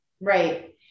Right